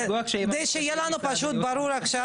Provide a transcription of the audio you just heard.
כדי שיהיה לנו ברור עכשיו,